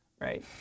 right